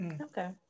okay